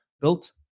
built